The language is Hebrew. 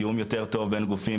תיאום יותר טוב בין גופים,